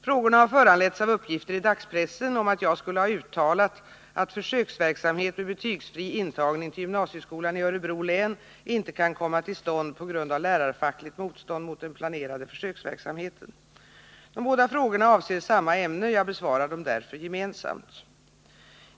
Frågorna har föranletts av uppgifter i dagspressen om att jag skulle ha uttalat att försöksverksamhet med betygsfri intagning till gymnasieskolan i Örebro län inte kan komma till stånd på grund av lärarfackligt motstånd mot den planerade försöksverksamheten. De båda frågorna avser samma ämne. Jag besvarar dem därför gemensamt.